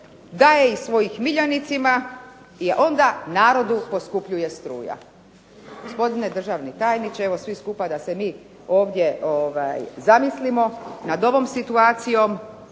daje im svojim miljenicima i onda narodu poskupljuje struja.